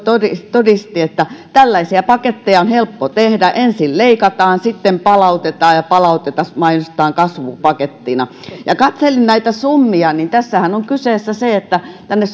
todisti että tällaisia paketteja on helppo tehdä ensin leikataan sitten palautetaan ja palautusta mainostetaan kasvupakettina ja kun katselin näitä summia niin tässähän on kyseessä se että tänne